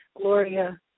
Gloria